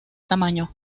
tamaño